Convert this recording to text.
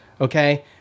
Okay